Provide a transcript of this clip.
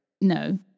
No